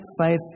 faith